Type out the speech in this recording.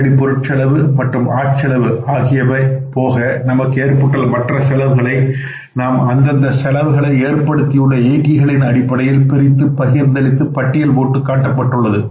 நேரடியான பொருட் செலவு மற்றும் ஆட்செலவு ஆகியவைபோக நமக்கு ஏற்பட்டூள்ள மற்ற செலவுகளை நாம் அந்தந்த செலவுகளை ஏற்படுத்தியுள்ள இயக்கிகளின் அடிப்படையில் பிரித்து பகிர்ந்தளித்து பட்டியல் போட்டு காட்டப்பட்டுள்ளது